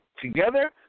together